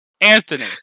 Anthony